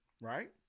right